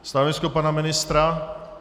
Stanovisko pana ministra?